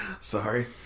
Sorry